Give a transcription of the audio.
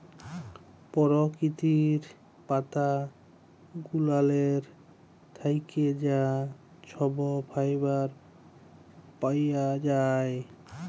পরকিতির পাতা গুলালের থ্যাইকে যা ছব ফাইবার পাউয়া যায়